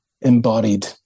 embodied